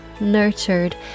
nurtured